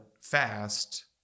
fast